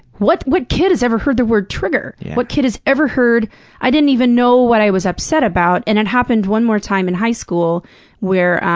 what what kid has ever heard the word trigger? what kid has ever heard i didn't even know what i was upset about, and it happened one more time in high school where.